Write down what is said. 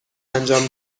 انجام